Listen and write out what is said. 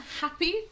happy